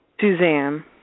Suzanne